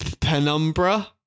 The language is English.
Penumbra